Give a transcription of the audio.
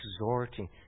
exhorting